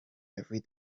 every